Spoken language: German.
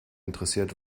interessiert